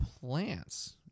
Plants